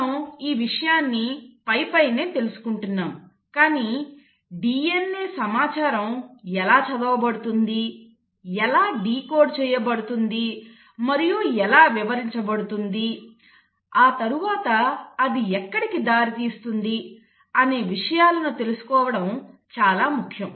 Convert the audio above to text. మనం ఈ విషయాన్ని పైపైనే తెలుసుకుంటున్నాము కానీ DNA సమాచారం ఎలా చదవబడుతుంది ఎలా డికోడ్ చేయబడుతుంది మరియు ఎలా వివరించబడుతుంది ఆ తరువాత అది ఎక్కడికి దారి తీస్తుంది అనే విషయాలను తెలుసుకోవడం చాలా ముఖ్యం